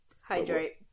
hydrate